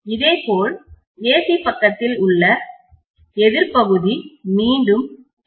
இதேபோல் AC பக்கத்தில் உள்ள எதிர் பகுதி மீண்டும் எம்